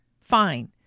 fine